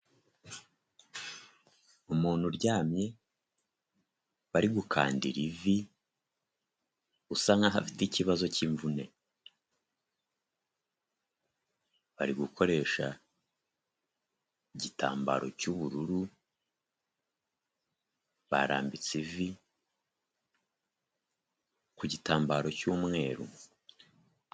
Umuntu uryamye bari gukandira ivi usa nkaho afite ikibazo cy’imvune. Bari gukoresha igitambaro cy’ ubururu, barambitse ivi ku gitambaro cy’ umweru.